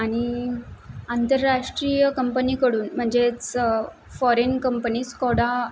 आनि आंतरराष्ट्रीय कंपनीकडून म्हणजेच फॉरेन कंपनी स्कोडा